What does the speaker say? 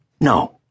No